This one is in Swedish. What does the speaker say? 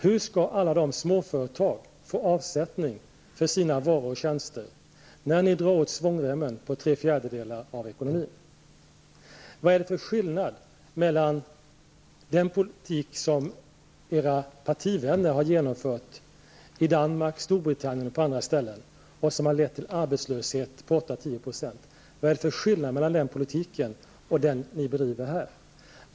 Hur skall alla småföretag få avsättning för varor och tjänster när ni drar åt svångremmen inom trefjärdedelar av ekonomin? Vad är det för skillnad mellan den politik som era partivänner har genomfört i Danmark, Storbritannien och på andra ställen, och som har lett till en arbetslöshet på 8--10 %, och den politik ni bedriver här?